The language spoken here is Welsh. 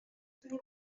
faint